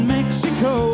Mexico